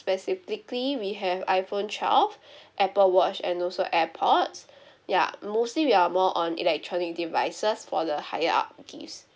specifically we have iphone twelve apple watch and also airpods ya mostly we are more on electronic devices for the higher up gifts